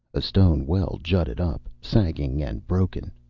a stone well jutted up, sagging and broken.